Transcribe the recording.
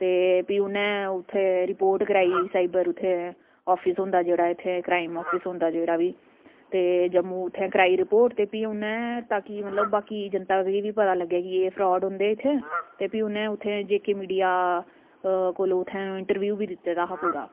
ते फ्ही उन्ने रपोट कराई साइबर उत्थेै आफिस होंदा उत्थै क्राईम आफिस होंदा जेह्ड़ा उत्थै ते जम्मू उन्ने कराई रपोट ते कन्नै उत्थै तां कि बाकी जनता गी बी लग्गे कि एह् इत्थै फ्रॉड होंदे इत्थै ते फ्ही उ'नें उत्थै जे के मीडिया कोल इंटरव्यू बी दित्ता दा हा पूरा